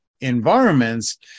environments